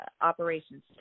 operations